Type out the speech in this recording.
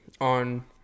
on